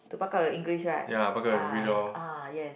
to buck up your English right uh uh yes